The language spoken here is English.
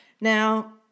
Now